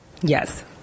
Yes